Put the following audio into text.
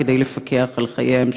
כדי לפקח על חייהם,